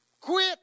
Quit